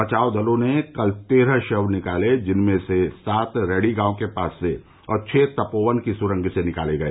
बचाव दलों ने कल तेरह शव निकाले जिनमें से सात रैणी गांव के पास से और छह तपोवन की सुरंग से निकाले गए